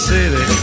City